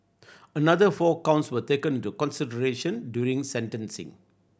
another four counts were taken to consideration during sentencing